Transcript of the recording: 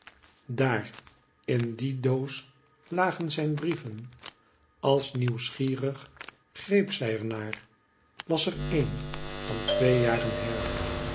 daar in die doos lagen zijn brieven als nieuwsgierig greep zij er naar las er een van twee jaren her